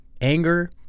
Anger